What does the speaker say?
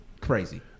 crazy